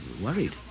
worried